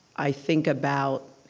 i think about,